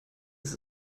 ist